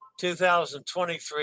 2023